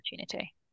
opportunity